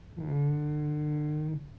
mm